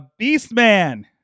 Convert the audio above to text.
Beastman